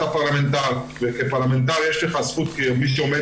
אתה פרלמנטר וכפרלמנטר יש לך זכות כמי שעומד